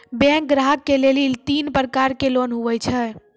Bank ग्राहक के लेली तीन प्रकर के लोन हुए छै?